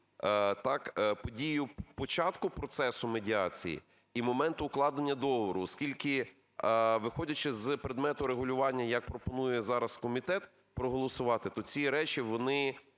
подію початку процесу медіації і моменту укладення договору. Оскільки, виходячи з предмету регулювання, як пропонує зараз комітет проголосувати, то ці речі, вони